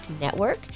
Network